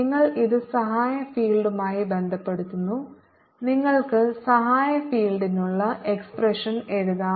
നിങ്ങൾ ഇത് സഹായ ഫീൽഡുമായി ബന്ധപ്പെടുത്തുന്നു നിങ്ങൾക്ക് സഹായ ഫീൽഡിനുള്ള എക്സ്പ്രഷൻ എഴുതാം